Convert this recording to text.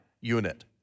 unit